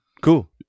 cool